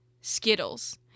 skittles